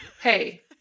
hey